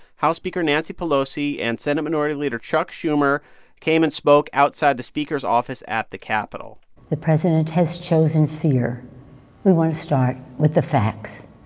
house speaker nancy pelosi and senate minority leader chuck schumer came and spoke outside the speaker's office at the capitol the president has chosen fear. we want to start with the facts.